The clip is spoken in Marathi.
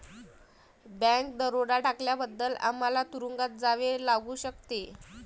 बँक दरोडा टाकल्याबद्दल आम्हाला तुरूंगात जावे लागू शकते